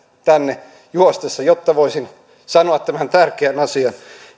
tänne juostessani jotta voisin sanoa tämän tärkeän asian